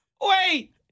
Wait